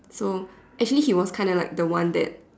so actually he was kinda like the one that